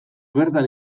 bertan